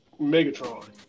Megatron